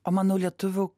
o manau lietuvių